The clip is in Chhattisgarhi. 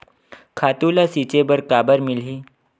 खातु ल छिंचे बर काबर मिलही?